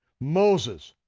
moses,